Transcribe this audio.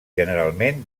generalment